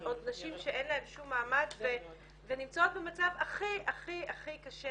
עוד נשים שאין להן שום מעמד ונמצאות במצב הכי הכי קשה